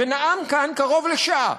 ונאם כאן קרוב לשעה.